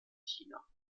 china